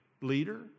leader